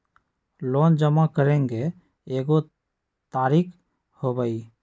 Loan जमा करेंगे एगो तारीक होबहई?